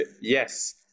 Yes